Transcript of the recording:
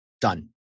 done